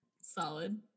Solid